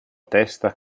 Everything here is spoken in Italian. testa